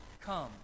come